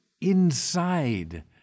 inside